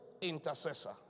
intercessor